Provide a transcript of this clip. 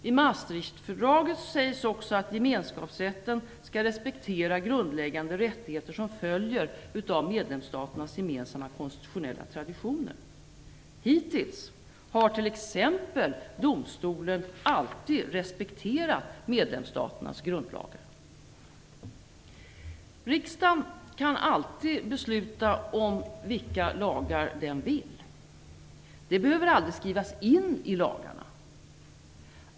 I Maastrichtfördraget sägs också att gemensakapsrätten skall respektera grundläggande rättigheter som följer av medlemsstaternas gemensamma konstitutionella traditioner. Hittills har t.ex. EG-domstolen alltid respekterat medlemsstaternas grundlagar. Riksdagen kan alltid besluta om vilka lagar man vill. Det behöver aldrig skrivas in i lagarna.